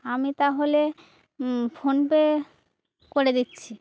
আমি তাহলে ফোনপে করে দিচ্ছি